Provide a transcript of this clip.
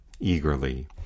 eagerly